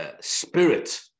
spirit